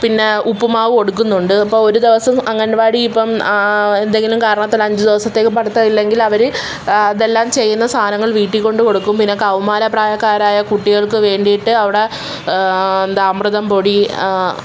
പിന്നെ ഉപ്പുമാവ് കൊടുക്കുന്നുണ്ട് ഇപ്പൊരു ദിവസം അംഗൻവാടിയിപ്പോള് എന്തെങ്കിലും കാരണത്താൽ അഞ്ച് ദിവസത്തേക്ക് പഠിത്തമില്ലെങ്കിലവര് ഇതെല്ലാം ചെയ്യുന്ന സാധനങ്ങൾ വീട്ടില് കൊണ്ടുക്കൊടുക്കും പിന്ന കൗമാര പ്രായക്കാരായ കുട്ടികൾക്ക് വേണ്ടിയിട്ട് അവിടെ എന്താ അമൃതം പൊടി